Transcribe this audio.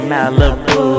Malibu